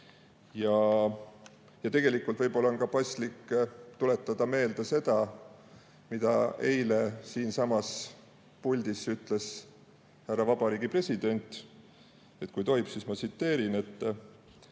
Ja tegelikult võib-olla on paslik tuletada meelde seda, mida eile siinsamas puldis ütles härra vabariigi president. Kui tohib, siis ma tsiteerin.